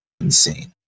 insane